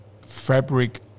fabric